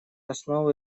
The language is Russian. основы